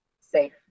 safe